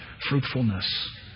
fruitfulness